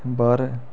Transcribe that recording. बाह्र